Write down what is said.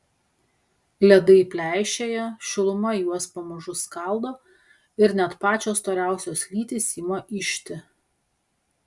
ledai pleišėja šiluma juos pamažu skaldo ir net pačios storiausios lytys ima ižti